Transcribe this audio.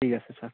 ঠিক আছে ছাৰ